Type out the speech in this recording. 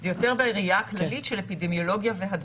זה יותר בראייה הכללית של אפידמיולוגיה והדבקות.